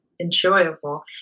enjoyable